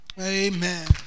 Amen